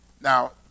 Now